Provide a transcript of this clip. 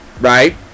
Right